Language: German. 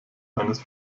eines